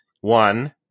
one